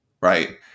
Right